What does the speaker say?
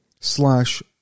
slash